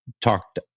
Talked